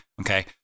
okay